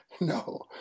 no